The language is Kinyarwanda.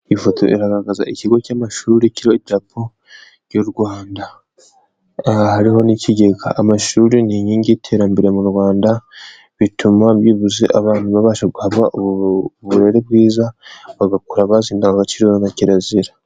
Ifoto igaragaza ikigo cy'amashuri kiriho idarapo ry'u Rwanda, hariho n'ikigega, amashuri ni inkingi y'iterambere mu Rwanda bituma byibuze abantu babasha guhabwa uburere bwiza, bagakura bazi indangagaciro na kirazira.